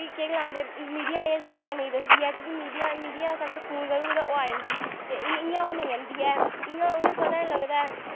भी केह् गलांदे मीडिया एह् बगैरा नेईं दसदी ऐ क्योंकि मीडिया अस अगर फोन करगे ते ओह् आई जंदी ते इ'यां इ'यां ओह् नेईं औंदी ऐ इ'यां उ'नें ई पता निंं लगदा ऐ